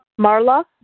Marla